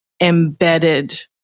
embedded